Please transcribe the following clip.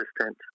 assistant